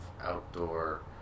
outdoor